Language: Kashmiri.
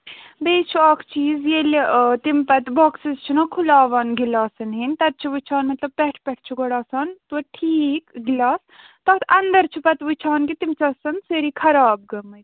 بیٚیہِ چھُ اکھ چیٖز ییٚلہِ تِم پَتہٕ بۄکسٕز چھِنہ کھُلاوان گِلاسَن ہِنٛدۍ تَتہِ چھِ وٕچھان مطلب پٮ۪ٹھٕ پٮ۪ٹھٕ چھُ گۄڈٕ آسان تویتہِ ٹھیٖک گِلاس تَتھ اَنٛدر چھِ پَتہٕ وٕچھان کہِ تِم چھِ آسان سٲری خراب گٔمٕتۍ